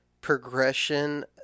progression